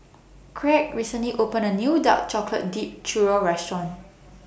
Kraig recently opened A New Dark Chocolate Dipped Churro Restaurant